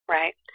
right